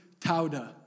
tauda